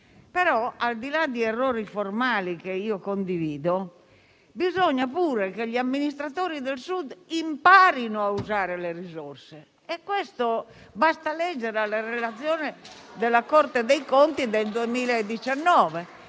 però, al di là di errori formali (che io condivido), bisogna pure che gli amministratori del Sud imparino a usare le risorse. Basta leggere la relazione della Corte dei conti del 2019.